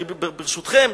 ברשותכם,